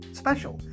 special